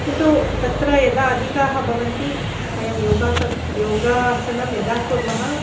किन्तु तत्र यदा अधिकाः भवन्ति वयं योगा कक् योगासनं यदा कुर्मः